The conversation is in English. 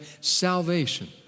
Salvation